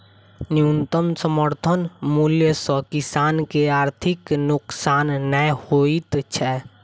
न्यूनतम समर्थन मूल्य सॅ किसान के आर्थिक नोकसान नै होइत छै